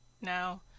now